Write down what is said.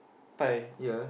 pie